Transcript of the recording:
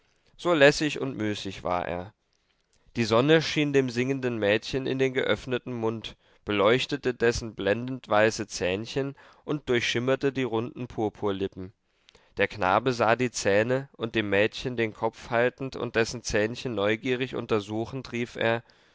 so lässig und müßig war er die sonne schien dem singenden mädchen in den geöffneten mund beleuchtete dessen blendend weiße zähnchen und durchschimmerte die runden purpurlippen der knabe sah die zähne und dem mädchen den kopf haltend und dessen zähnchen neugierig untersuchend rief er